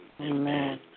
Amen